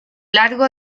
largo